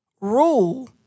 rule